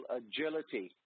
agility